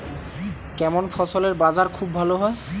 কেমন ফসলের বাজার খুব ভালো হয়?